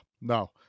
no